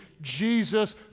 Jesus